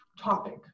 topic